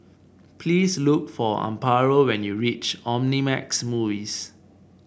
please look for Amparo when you reach Omnimax Movies